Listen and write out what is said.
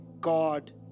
God